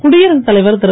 குடியரசுத் தலைவர் திரு